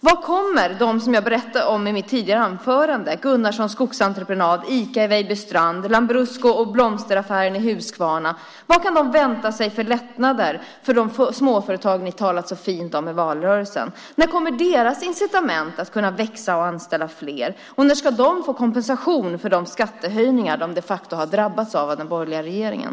Vad kan de jag berättade om i mitt tidigare anförande - Gunnarssons Skogsentreprenad, Ica i Vejbystrand, Lambrusco och blomsteraffären i Huskvarna - vänta sig för lättnader för de småföretag ni talat så fint om i valrörelsen? När kommer deras incitament att växa och kunna anställa fler? När ska de få kompensation för de skattehöjningar de de facto har drabbats av under den borgerliga regeringen?